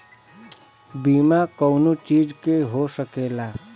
बीमा कउनो चीज के हो सकेला